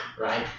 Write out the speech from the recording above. right